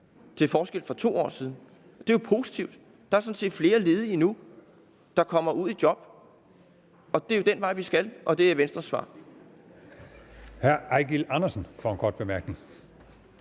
til forskel for fra 2 år siden. Det er jo positivt; der er sådan set flere ledige nu, der kommer ud i job, og det er jo den vej, vi skal. Og det er Venstres svar.